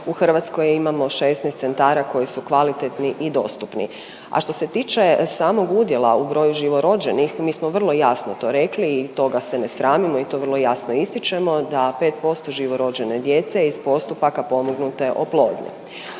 u Hrvatskoj imamo 16 centara koji su kvalitetni i dostupni. A što se tiče samog udjela u broju živorođenih, mi smo vrlo jasno to rekli i toga se ne sramimo i to vrlo jasno ističemo, da 5% živorođene djece iz postupaka pomognute oplodnje,